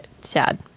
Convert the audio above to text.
sad